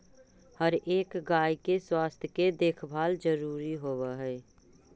हर एक गाय के स्वास्थ्य के देखभाल जरूरी होब हई